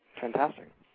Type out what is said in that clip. Fantastic